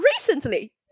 recently